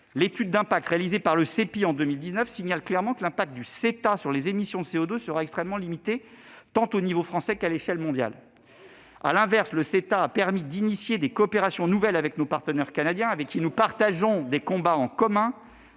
l'étude d'impact réalisée par le Cepii en 2019 souligne clairement que l'impact du CETA sur les émissions de CO2 sera extrêmement limité, tant au niveau français qu'à l'échelle mondiale. À l'inverse, le CETA a permis d'initier des coopérations nouvelles avec nos partenaires canadiens. Nous partageons des combats communs